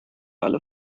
aller